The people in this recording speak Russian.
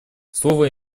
слово